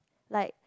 like